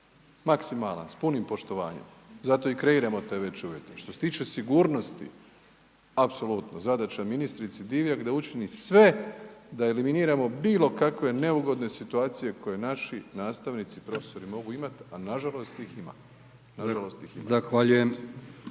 maksimalan s punim poštovanjem, zato i kreiramo te veće uvjete. Što se tiče sigurnosti, apsolutno, zadaća ministrici Divjak da učini sve da eliminiramo bilo kakve neugodne situacije koje naši nastavnici i profesori mogu imat, a nažalost ih ima,